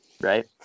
right